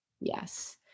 yes